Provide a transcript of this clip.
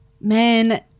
man